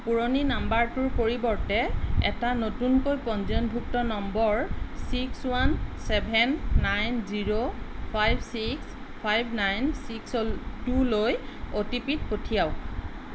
পুৰণি নম্বৰটোৰ পৰিৱৰ্তে এটা নতুনকৈ পঞ্জীয়নভুক্ত নম্বৰ six one seven nine zero five six five nine six two লৈ অ' টি পি পঠিয়াওক